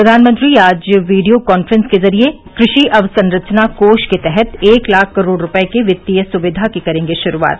प्रधानमंत्री आज video conference के जरिए कृषि अवसंरचना कोष के तहत एक लाख करोड़ रुपये की वित्तीय सुविधा की करेंगे शुरूआत